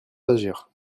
d’agir